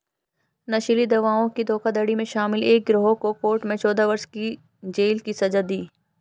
नशीली दवाओं की धोखाधड़ी में शामिल एक गिरोह को कोर्ट ने चौदह वर्ष की जेल की सज़ा दी